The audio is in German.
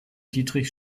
dietrich